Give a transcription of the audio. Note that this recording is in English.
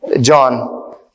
John